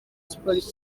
sports